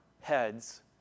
heads